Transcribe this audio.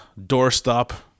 doorstop